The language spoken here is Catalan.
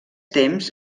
temps